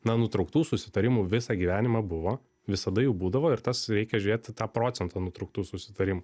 na nutrauktų susitarimų visą gyvenimą buvo visada jų būdavo ir tas reikia žiūrėti tą procentą nutrauktų susitarimų